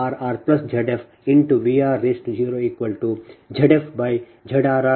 ಇದು ಸಮೀಕರಣ 12